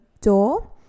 door